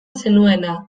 zenuena